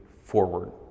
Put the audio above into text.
forward